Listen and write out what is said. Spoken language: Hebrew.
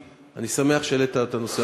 אני שמח שהעלית את הנושא.